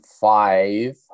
five